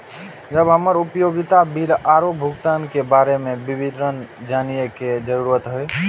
जब हमरा उपयोगिता बिल आरो भुगतान के बारे में विवरण जानय के जरुरत होय?